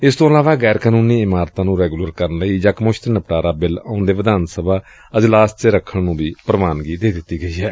ਇਸ ਤੋਂ ਇਲਾਵਾ ਗੈਰ ਕਾਨੁੰਨੀ ਇਮਾਰਤਾਂ ਨੁੰ ਰੈਗੁਲਰ ਕਰਨ ਲਈ ਯਕਮੁਸ਼ਤ ਨਿਪਟਾਰਾ ਬਿੱਲ ਆਉਂਦੇ ਵਿਧਾਨ ਸਭਾ ਅਜਲਾਸ ਚ ਰੱਖਣ ਨੂੰ ਵੀ ਪ੍ਵਾਨਗੀ ਦਿੱਤੀ ਗਈ ਏ